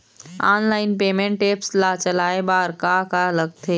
Online payment apps ला चलाए बार का का लगथे?